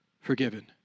forgiven